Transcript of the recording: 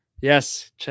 Yes